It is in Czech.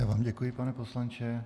Já vám děkuji, pane poslanče.